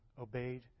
obeyed